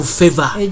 favor